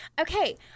Okay